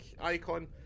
icon